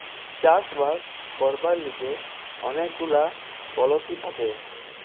চাষ বাস করবার লিগে অনেক গুলা পলিসি থাকে